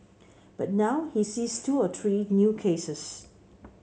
but now he sees two to three new cases